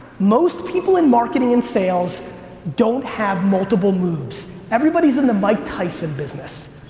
most people in marketing and sales don't have multiple moves. everybody's in the mike tyson business,